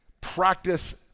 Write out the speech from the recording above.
practice